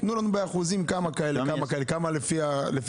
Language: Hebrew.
תנו לנו באחוזים, כמה כאלה וכמה כאלה, לפי הספר,